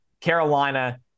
Carolina